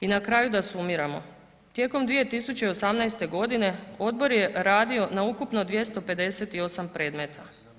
I na kraju da sumiramo, tijekom 2018. godine odbor je radio na ukupno 258 predmeta.